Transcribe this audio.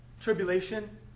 Tribulation